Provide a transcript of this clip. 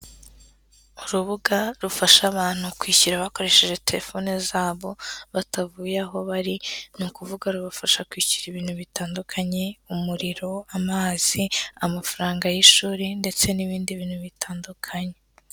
Urubuga rufasha abantu kwishyura bakoresheje telefone zabo batavuye aho bari, ni ukuvuga rubafasha kwishyura ibintu bitandukanye, umuriro, amazi, amafaranga y'ishuri ndetse n'ibindi bintu bitandukanye.